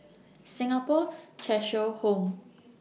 Singapore Cheshire Home